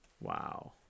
Wow